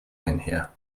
einher